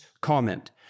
comment